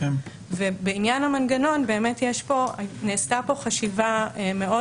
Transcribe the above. בעניין המנגנון נעשתה כאן חשיבה מאוד